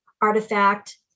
artifact